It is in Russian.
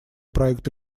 проект